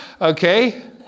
Okay